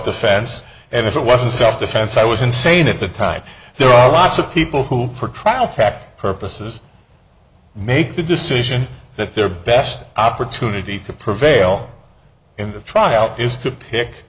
defense and if it wasn't self defense i was insane at the time there are lots of people who for trial tax purposes make the decision that their best opportunity to prevail in the trial is to pick